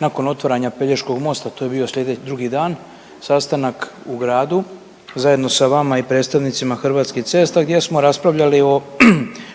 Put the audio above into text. nakon otvaranja Pelješkog mosta to je bio drugi dan sastanak u gradu zajedno sa vama i predstavnicima Hrvatskih cesta gdje smo raspravljali o